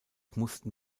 mussten